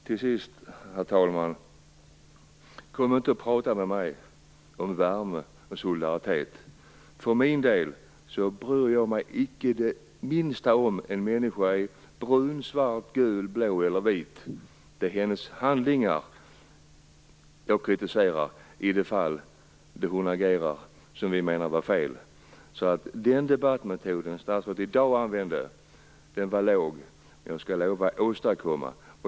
Till sist: Kom inte och tala med mig om värme och solidaritet! För min del bryr jag mig icke det minsta om att en människa är brun, svart, gul, blå eller vit. Det är hennes handlingar jag kritiserar i de fall hon agerar som vi menar är fel. Den debattmetod som statsrådet i dag använde var låg. Jag skall lova att återkomma.